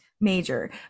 major